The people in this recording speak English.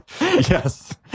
Yes